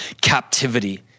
captivity